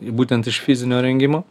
būtent iš fizinio rengimo